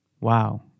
Wow